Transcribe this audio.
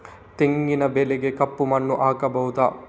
ತೆಂಗಿನ ಬೆಳೆಗೆ ಕಪ್ಪು ಮಣ್ಣು ಆಗ್ಬಹುದಾ?